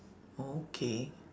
okay